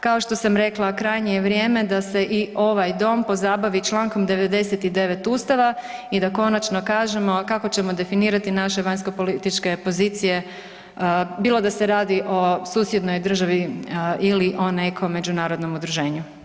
Kao što sam rekla, krajnje je vrijeme da se i ovaj Dom pozabavi čl. 99 Ustava i da konačno kažemo kako ćemo definirati naše vanjskopolitičke pozicije bilo da se radi o susjednoj državi ili o nekom međunarodnom udruženju.